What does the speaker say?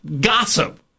gossip